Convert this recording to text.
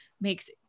makes